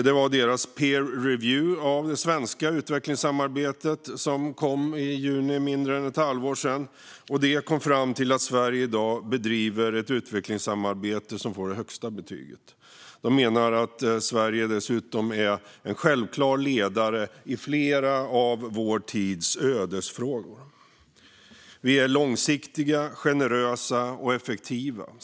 Det var deras peer review av det svenska utvecklingssamarbetet som kom i juni, alltså för mindre än ett halvår sedan, och de kom fram till att Sverige i dag bedriver ett utvecklingssamarbete som får det högsta betyget. De menar att Sverige dessutom är en självklar ledare i flera av vår tids ödesfrågor. Vi är långsiktiga, generösa och effektiva.